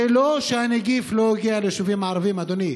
זה לא שהנגיף לא הגיע ליישובים הערביים, אדוני,